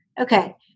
okay